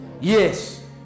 Yes